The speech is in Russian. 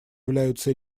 являются